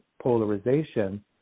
polarization